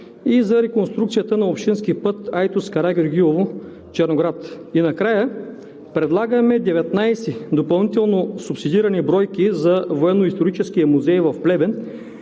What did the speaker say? и за реконструкцията на общинския път Айтос – Карагеоргиево – Черноград. И накрая, предлагаме 19 допълнително субсидирани бройки за Военноисторическия музей в Плевен,